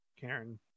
Karen